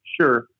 Sure